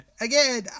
Again